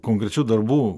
konkrečių darbų